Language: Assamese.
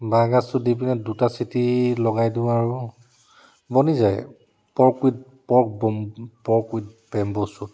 বাঁহগাজটো দি পিনে দুটা চিটি লগাই দিওঁ আৰু বনি যায় pork with pork bamboo pork with bamboo suit